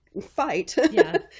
fight